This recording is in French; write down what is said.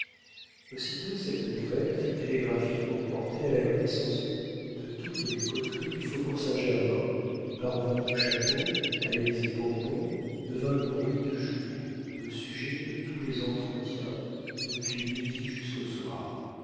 aussitôt cette nouvelle fut télégraphiquement portée à la connaissance de toutes les coteries du faubourg saint-germain parvint au château à l'élysée-bourbon devint le bruit du jour le sujet de tous les entretiens depuis midi jusqu'au soir